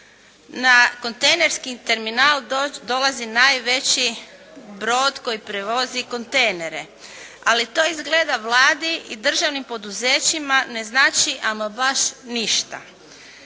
na kontejnerski terminal dolazi najveći brod koji prevozi kontejnere. Ali to izgleda Vladi i državnim poduzećima ne znači ama baš ništa.